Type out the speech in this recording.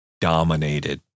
dominated